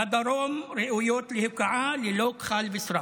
בדרום ראויות להוקעה ללא כחל ושרק.